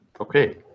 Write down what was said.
okay